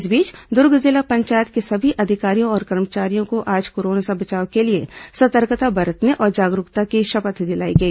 इस बीच दुर्ग जिला पंचायत के सभी अधिकारियों और कर्मचारियों को आज कोरोना से बचाव के लिए सतर्कता बरतने और जागरूकता की शपथ दिलाई गई